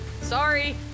sorry